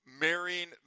marrying